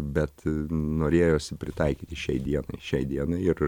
bet norėjosi pritaikyti šiai dienai šiai dienai ir